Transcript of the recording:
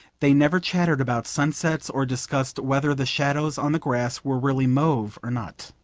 they never chattered about sunsets, or discussed whether the shadows on the grass were really mauve or not.